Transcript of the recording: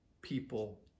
people